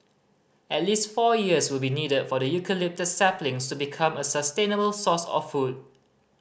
at least four years will be needed for the eucalyptus saplings to become a sustainable source of food